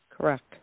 Correct